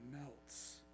melts